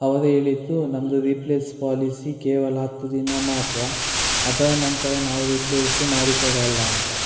ಅವರು ಹೇಳಿದ್ದು ನಮ್ಮದು ರಿಪ್ಲೇಸ್ ಪಾಲಿಸಿ ಕೇವಲ ಹತ್ತು ದಿನ ಮಾತ್ರ ಅದರ ನಂತರ ನಾವು ರಿಪ್ಲೇಸು ಮಾಡಿ ಕೊಡೋಲ್ಲ ಅಂತ